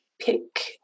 pick